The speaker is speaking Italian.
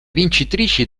vincitrici